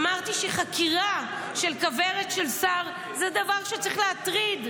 אמרתי שחקירה של כוורת של שר זה דבר שצריך להטריד,